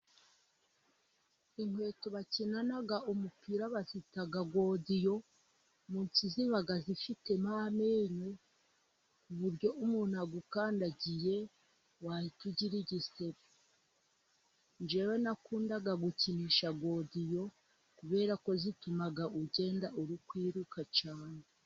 Inkweto bakinana umupira bazita godiyo, mu nsi ziba zifitemo amenyo, ku buryo umuntu agukandagiye wahita ugira igisebe. Njyewe nakundaga gukinisha godiyo kubera ko zituma ugenda uri kwiruka cyane.